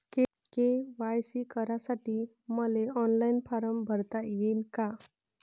KYC करासाठी मले online form भरता येईन का?